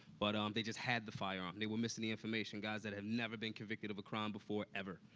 but um they just had the firearm. they were missing the information guys that had never been convicted of a crime before, ever,